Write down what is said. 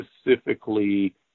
specifically